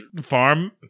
farm